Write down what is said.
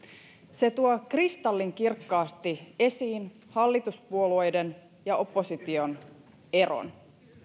se tuo kristallinkirkkaasti esiin hallituspuolueiden ja opposition eron